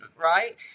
right